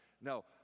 No